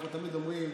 אנחנו תמיד אומרים